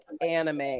anime